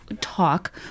talk